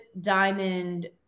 Diamond